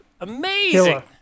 Amazing